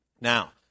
Now